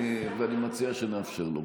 אדוני השר, רגע אחד.